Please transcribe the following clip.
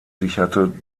sicherte